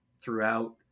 throughout